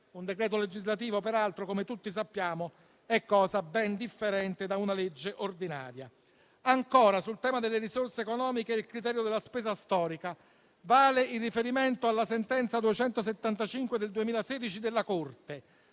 Un decreto legislativo, peraltro, come tutti sappiamo, è cosa ben differente da una legge ordinaria. Ancora, sul tema delle risorse economiche, il criterio della spesa storica vale in riferimento alla sentenza n. 275 del 2016 della Corte